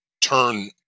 turn